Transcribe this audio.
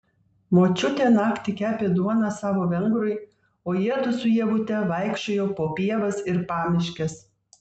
močiutė naktį kepė duoną savo vengrui o jiedu su ievute vaikščiojo po pievas ir pamiškes